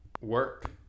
work